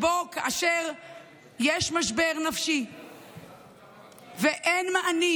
כאשר יש משבר נפשי ואין מענים,